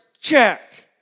Check